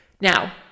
Now